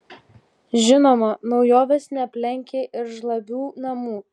žinoma naujovės neaplenkia ir žlabių namų